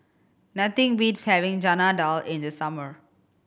nothing beats having Chana Dal in the summer